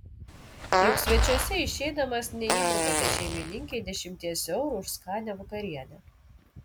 juk svečiuose išeidamas neįbrukate šeimininkei dešimties eurų už skanią vakarienę